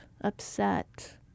upset